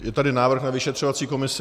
Je tady návrh na vyšetřovací komisi.